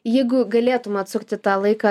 jeigu galėtum atsukti tą laiką